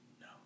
no